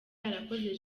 yarakoze